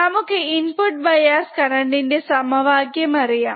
നമുക്ക് input bias കറന്റ്ന്റെ സമവാക്യം അറിയാം